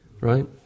right